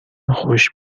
خوش